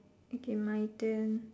okay my turn